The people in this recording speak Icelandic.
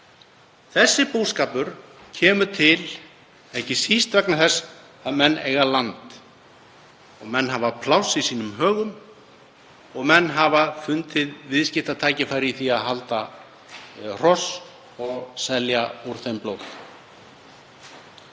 Þessi búskapur kemur ekki síst til vegna þess að menn eiga land. Menn hafa pláss í sínum högum og menn hafa fundið viðskiptatækifæri í því að halda hross og selja úr þeim blóð.